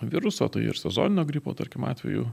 viruso tai ir sezoninio gripo tarkim atveju